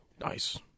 Nice